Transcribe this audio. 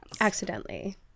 Accidentally